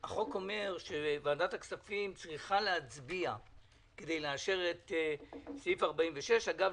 שאומר שוועדת הכספים צריכה להצביע כדי לאשר את סעיף 46 אגב,